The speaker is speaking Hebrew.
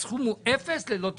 הסכום הוא אפס ללא תקצוב".